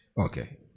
okay